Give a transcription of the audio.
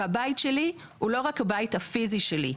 הבית שלי הוא לא רק הבית הפיזי שלי,